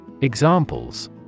Examples